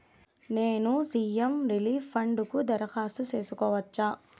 నేను CM relief fund కు దరఖాస్తు సేసుకోవచ్చా?